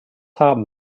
haben